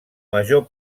major